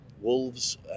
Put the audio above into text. Wolves